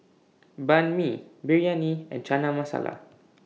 Banh MI Biryani and Chana Masala